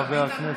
חבר הכנסת,